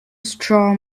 straw